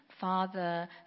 Father